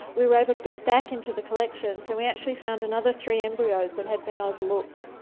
we were able to go back into the collections, and we actually found another three embryos that had been overlooked.